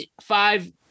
five